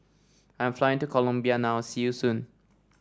I'm flying to Colombia now see you soon